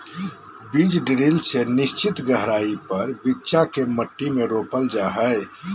बीज ड्रिल से निश्चित गहराई पर बिच्चा के मट्टी में रोपल जा हई